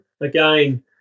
Again